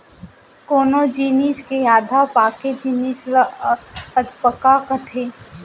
कोनो जिनिस के आधा पाके जिनिस ल अधपका कथें